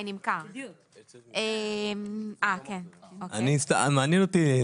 מעניין אותי,